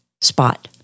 spot